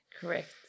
Correct